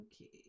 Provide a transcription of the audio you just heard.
okay